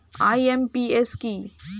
IMPS কি?